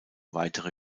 weitere